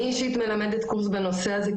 אני אישית מלמדת קורס בנושא הזה,